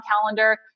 calendar